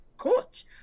coach